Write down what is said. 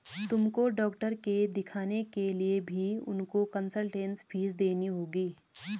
तुमको डॉक्टर के दिखाने के लिए भी उनको कंसलटेन्स फीस देनी होगी